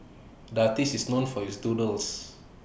artist is known for his doodles